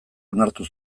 onartu